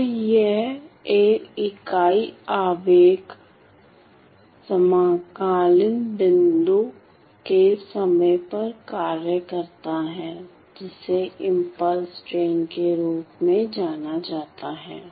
तो यह एक इकाई आवेग समकालिक बिंदु के समय पर कार्य करता है जिसे इंपल्स ट्रेन के रूप में जाना जाता है